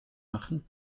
machen